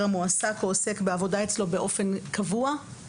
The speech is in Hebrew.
המועסק או עוסק בעבודה אצלו באופן קבוע?